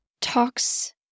talks